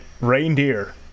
reindeer